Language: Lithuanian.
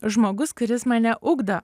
žmogus kuris mane ugdo